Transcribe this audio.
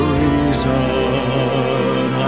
reason